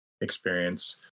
experience